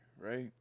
Right